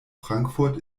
frankfurt